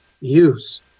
use